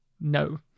no